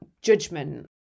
judgment